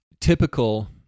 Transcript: typical